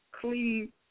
clean